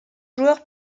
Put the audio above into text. joueur